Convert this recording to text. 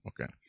Okay